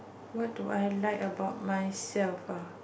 what do I like about myself ah